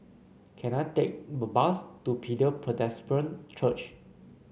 can I take a bus to Bethel Presbyterian Church